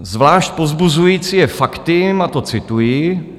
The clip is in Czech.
Zvlášť povzbuzující je fakt a to cituji: